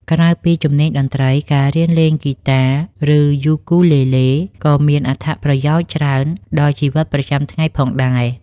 ក្រៅពីជំនាញតន្ត្រី ការរៀនលេងហ្គីតា ឬ យូគូលេលេ ក៏មានអត្ថប្រយោជន៍ច្រើនដល់ជីវិតប្រចាំថ្ងៃផងដែរ។